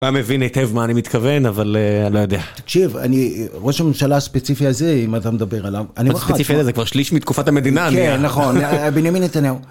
אתה מבין היטב מה אני מתכוון, אבל אני לא יודע. תקשיב, אני, ראש הממשלה הספציפי הזה, אם אתה מדבר עליו, אני אומר לך, ראש הממשלה הספציפי הזה זה כבר שליש מתקופת המדינה, אוקיי, נכון, בנימין נתניהו.